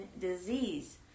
disease